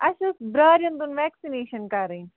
اَسہِ اوس برٛارٮ۪ن دۄن ویٚکسِنیشن کرٕنۍ